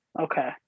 Okay